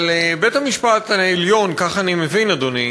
אבל בית-המשפט העליון, כך אני מבין, אדוני,